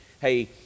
hey